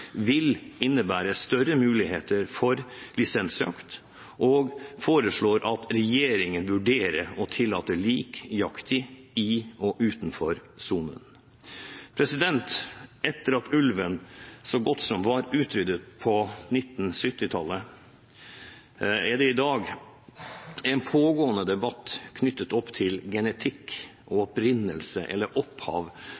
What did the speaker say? vil innebære større muligheter for lisensjakt, og en foreslår at regjeringen vurderer å tillate lik jakttid i og utenfor sonen. Etter at ulven var så godt som utryddet på 1970-tallet, er det i dag en pågående debatt knyttet opp til genetikk,